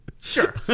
Sure